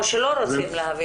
יכול להיות שלא רוצים להבין.